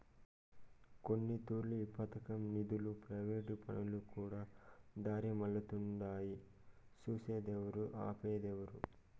కొన్నితూర్లు ఈ పదకం నిదులు ప్రైవేటు పనులకుకూడా దారిమల్లతుండాయి సూసేదేవరు, ఆపేదేవరు